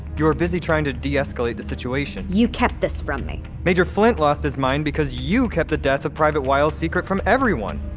you were busy trying to de-escalate the situation you kept this from me! major flint lost his mind because you kept the death of private wiles secret from everyone!